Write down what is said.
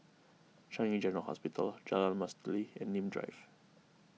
Changi General Hospital Jalan Mastuli and Nim Drive